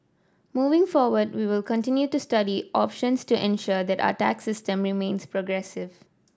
moving forward we will continue to study options to ensure that our tax system remains progressive